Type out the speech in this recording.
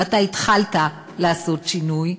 ואתה התחלת לעשות שינוי,